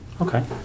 Okay